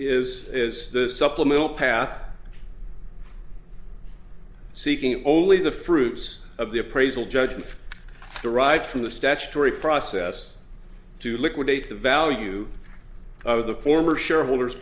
is is the supplemental path seeking only the fruits of the appraisal judge and the right from the statutory process to liquidate the value of the former shareholders